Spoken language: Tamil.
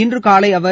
இன்று காலை அவர்